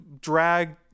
drag